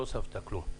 לא הוספת כלום.